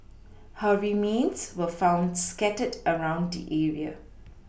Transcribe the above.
her remains were found scattered around the area